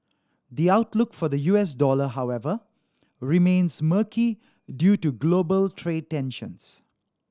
the outlook for the U S dollar however remains murky due to global trade tensions